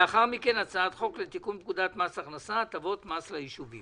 לאחר מכן נדון בהצעת חוק לתיקון פקודת מס הכנסה הטבות מס ליישובים.